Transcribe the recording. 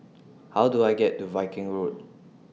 How Do I get to Viking Road